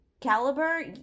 caliber